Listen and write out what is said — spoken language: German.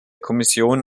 kommission